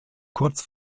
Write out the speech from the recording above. kurz